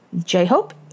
J-Hope